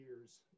years